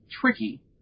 tricky